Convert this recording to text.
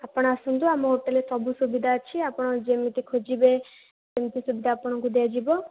ଆପଣ ଆସନ୍ତୁ ଆମ ହୋଟେଲରେ ସବୁ ସୁବିଧା ଅଛି ଆପଣ ଯେମିତି ଖୋଜିବେ ସେମିତି ସୁବିଧା ଆପଣଙ୍କୁ ଦିଆଯିବ